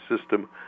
system